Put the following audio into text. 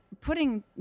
putting